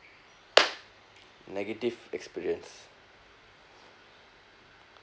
negative experience